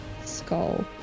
skull